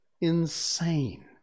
Insane